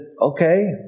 okay